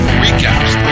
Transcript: recaps